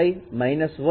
x y minus 1